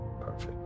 Perfect